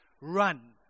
run